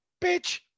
Bitch